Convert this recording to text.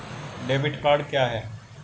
Debit card क्या है?